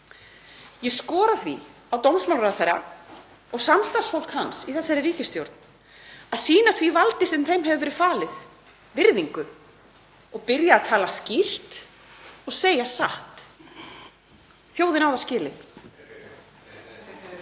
Ég skora því á hæstv. dómsmálaráðherra og samstarfsfólk hans í þessari ríkisstjórn að sýna því valdi sem þeim hefur verið falið virðingu og byrja að tala skýrt og segja satt. Þjóðin á það skilið.